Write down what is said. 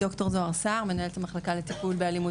ד"ר זהר סהר מנהלת המחלקה למניעת אלימות